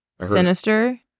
Sinister